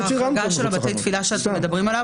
ההחרגה של בתי התפילה שאתם מדברים עליה